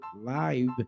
Live